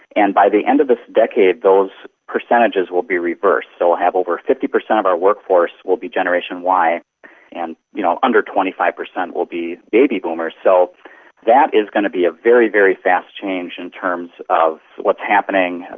and by the end of this decade those percentages will be reversed, so we'll have over fifty percent of our workforce will be generation y and you know under twenty five percent will be baby boomers. so that is going to be a very, very fast change in terms of what's happening,